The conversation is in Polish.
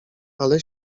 ale